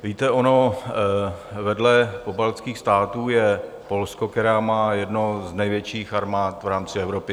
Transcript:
Víte, ono vedle pobaltských států je Polsko, které má jednu z největších armád v rámci Evropy.